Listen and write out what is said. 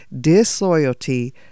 Disloyalty